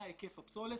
מה היקף הפסולת,